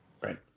right